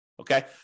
Okay